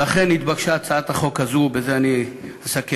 לכן התבקשה הצעת החוק הזאת, בזה אני אסכם.